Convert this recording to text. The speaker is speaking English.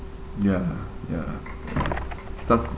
ya ya stuff